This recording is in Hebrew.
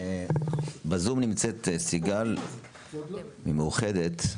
בזום נמצאת סיגל ממאוחדת.